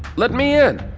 let me in!